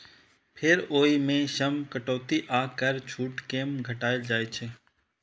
फेर ओइ मे सं कटौती आ कर छूट कें घटाएल जाइ छै